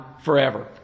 forever